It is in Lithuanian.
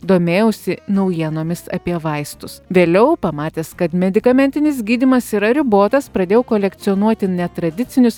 domėjausi naujienomis apie vaistus vėliau pamatęs kad medikamentinis gydymas yra ribotas pradėjau kolekcionuoti netradicinius